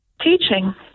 Teaching